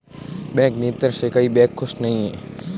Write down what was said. bank नियंत्रण से कई बैंक खुश नही हैं